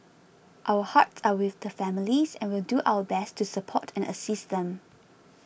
our hearts are with the families and will do our best to support and assist them